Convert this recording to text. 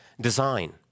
design